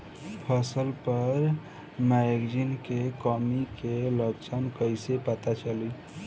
फसल पर मैगनीज के कमी के लक्षण कइसे पता चली?